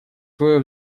свое